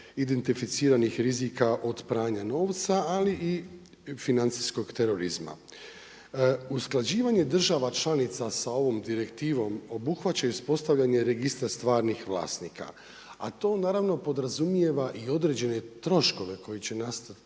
identificiranih rizika od pranja novca, ali i financijskog terorizma. Usklađivanje država članica sa ovom direktivom, obuhvaća ispostavljanje registra stvarnih vlasnika, a to naravno podrazumijeva i određene troškove koje će nastati